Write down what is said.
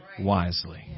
wisely